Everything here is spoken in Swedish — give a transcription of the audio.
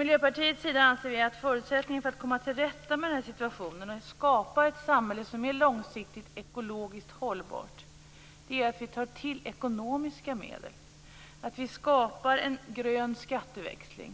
Miljöpartiet anser att förutsättningen för att komma till rätta med denna situation och skapa ett samhälle som är långsiktigt ekologiskt hållbart är att vi tar till ekonomiska medel, att vi skapar en grön skatteväxling